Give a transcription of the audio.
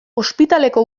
ospitaleko